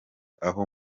aho